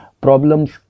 Problems